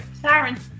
siren